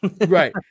Right